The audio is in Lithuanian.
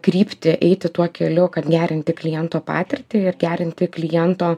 krypti eiti tuo keliu kad gerinti kliento patirtį ir gerinti kliento